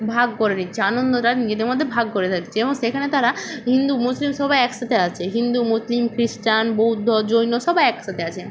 ভাগ করে নিচ্ছে আনন্দটা নিজেদের মধ্যে ভাগ করে এবং সেখানে তারা হিন্দু মুসলিম সবাই একসাথে আছে হিন্দু মুসলিম ক্রিশ্চান বৌদ্ধ জৈন সবাই একসাথে আছে